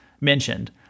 mentioned